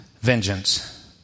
vengeance